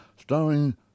starring